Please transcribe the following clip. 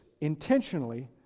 intentionally